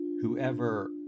whoever